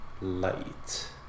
Light